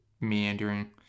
meandering